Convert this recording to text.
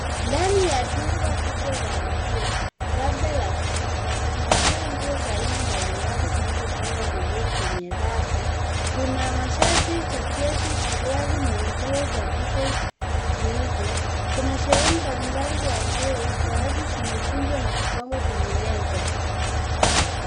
Ndani ya duka kubwa la nguo labda la kisasa kumejaa nguo za aina mbalimbali zilizopangwa vizuri kwenye rafu. Kuna nashati, jaketi, suruali na nguo za kike zikiuzwa. Kuna sehemu mbalimbali za nguo baadhi zimekunjwa na kupangwa kwenye meza.